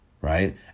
right